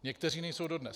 Někteří nejsou dodnes!